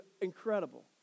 incredible